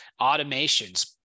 automations